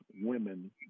women